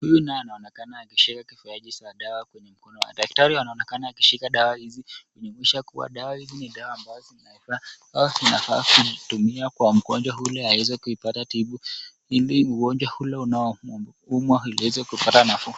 Daktari anaonekana akishika dawa hii ya kupea afya njema . Anaonekana akumhudumia mgonjwa huyu hili aweze kupata nafuu kwa mwili wake .